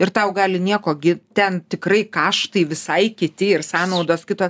ir tau gali nieko gi ten tikrai kaštai visai kiti ir sąnaudos kito